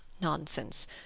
NONSENSE